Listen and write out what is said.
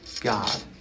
God